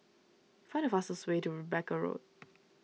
find the fastest way to Rebecca Road